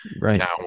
Right